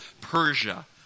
Persia